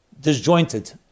disjointed